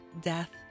death